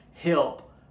help